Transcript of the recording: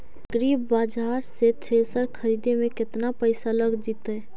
एग्रिबाजार से थ्रेसर खरिदे में केतना पैसा लग जितै?